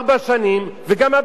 וגם הבת שלי לומדת,